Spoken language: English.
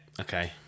okay